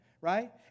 Right